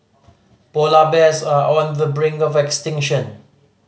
polar bears are on the brink of extinction